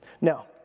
Now